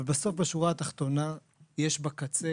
אבל בסוף בשורה התחתונה יש בקצה